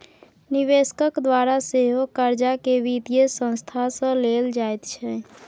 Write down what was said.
निवेशकक द्वारा सेहो कर्जाकेँ वित्तीय संस्था सँ लेल जाइत छै